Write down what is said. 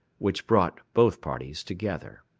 which brought both parties together.